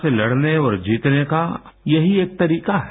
से लड़ने और जीतने का यही एक तरीका है